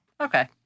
Okay